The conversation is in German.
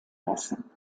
lassen